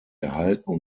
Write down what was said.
erhalten